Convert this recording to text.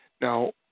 now